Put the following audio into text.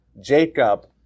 Jacob